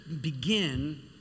begin